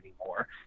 anymore